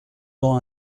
temps